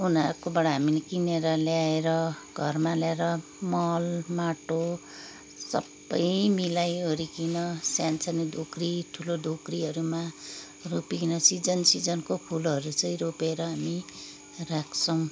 उनीहरूकोबाट हामीले किनेर ल्याएर घरमा ल्याएर मल माटो सबै मिलाइ ओरीकन सानो सानो धोक्री धोक्रीहरू मा रोपीकन सिजन सिजनको फुलहरू चाहिँ रोपेर हामी राख्छौँ